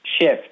shift